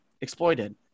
exploited